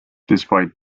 despite